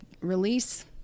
release